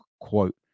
quote